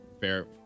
Fair